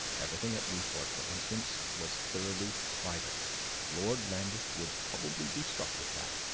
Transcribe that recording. everything at newport, for instance, was thoroughly private lord lambeth would probably be struck with that.